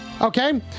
Okay